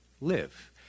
live